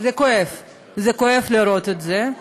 זה כואב לראות את זה,